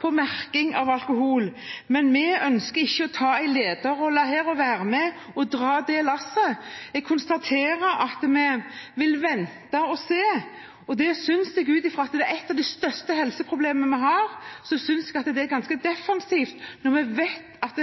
på – mens vi ikke ønsker å ta en lederrolle her og være med og dra lasset. Jeg konstaterer at vi vil vente og se, og det synes jeg, ut fra at det er et av de største helseproblemene vi har, er ganske defensivt når vi vet at